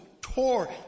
tore